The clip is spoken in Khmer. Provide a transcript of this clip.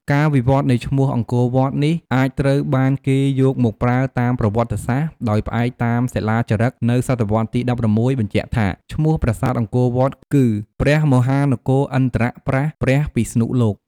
ការវិវត្តនៃឈ្មោះ អង្គរវត្ត នេះអាចត្រូវបានគេយកមកប្រើតាមប្រវត្តិសាស្ត្រដោយផ្អែកតាមសិលាចារឹកនៅសតវត្សទី១៦បញ្ជាក់ថា ឈ្មោះប្រាសាទអង្គរវត្តគឺ ព្រះមហានគរឥន្រ្ទប្រ័ស្ថព្រះពិស្ណុលោក។